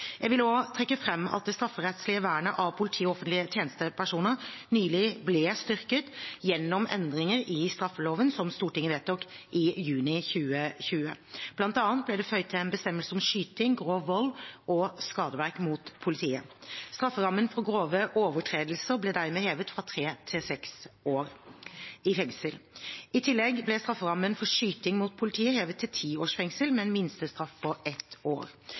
Jeg vil også trekke fram at det strafferettslige vernet av politi og offentlige tjenestepersoner nylig ble styrket gjennom endringer i straffeloven, som Stortinget vedtok i juni 2020. Blant annet ble det føyd til en bestemmelse om skyting, grov vold og skadeverk mot politiet. Strafferammen for grove overtredelser ble dermed hevet fra tre til seks års fengsel. I tillegg ble strafferammen for skyting mot politiet hevet til ti års fengsel med en minstestraff på ett år.